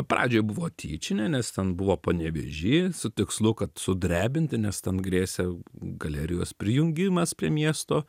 pradžioj buvo tyčinė nes ten buvo panevėžy su tikslu kad sudrebinti nes ten grėsė galerijos prijungimas prie miesto